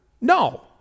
No